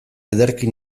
ederki